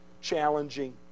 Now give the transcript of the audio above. challenging